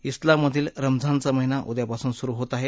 डिलाममधील रमजानचा महिना उद्यापासून सुरु होत आहे